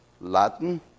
Latin